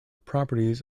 properties